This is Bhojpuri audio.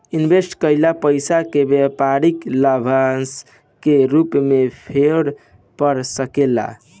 इनवेस्ट कईल पइसा के व्यापारी लाभांश के रूप में फेर पा सकेले